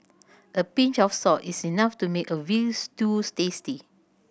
a pinch of salt is enough to make a veal stews tasty